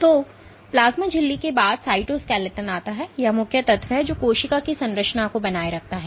तो और प्लाज्मा झिल्ली के बाद साइटोस्केलेटन आता है यह मुख्य तत्व है जो कोशिका की संरचना को बनाए रखता है